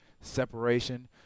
separation